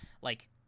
like-